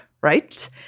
right